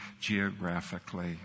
geographically